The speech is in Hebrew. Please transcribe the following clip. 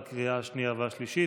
נגד, אחד.